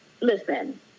Listen